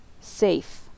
safe